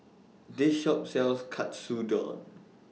This Shop sells Katsudon